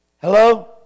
Hello